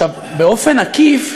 באופן עקיף,